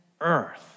earth